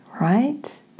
right